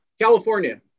California